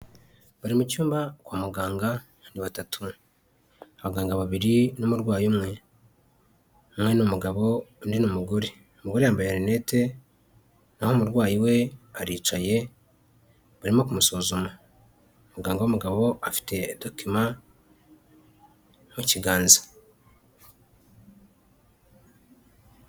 Bari mu cyumba kwa muganga ni batatu, abaganga babiri n'umurwayi umwe, umwe ni umugabo undi ni umugore umugore yambaye linete, naho umurwayi we aricaye barimo kumusuzuma muganga w'umugabo afite dokima mu kiganza.